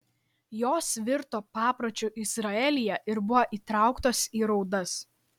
jos virto papročiu izraelyje ir buvo įtrauktos į raudas